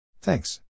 Thanks